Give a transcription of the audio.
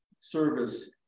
service